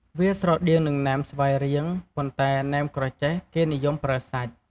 វាស្រដៀងនឹងណែមស្វាយរៀង ប៉ុន្តែណែមក្រចេះគេនិយមប្រើសាច់។